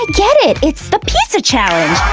ah get it, it's the pizza challenge!